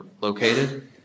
located